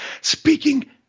Speaking